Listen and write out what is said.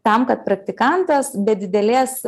tam kad praktikantas be didelės